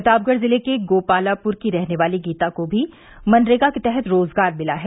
प्रतापगढ़ जिले के गोपालापुर की रहने वाली गीता को भी मनरेगा के तहत रोजगार मिला है